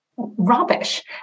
rubbish